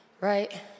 right